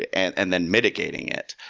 and and then mitigating it.